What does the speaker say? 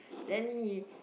then